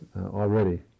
already